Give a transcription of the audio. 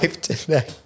today